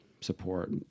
support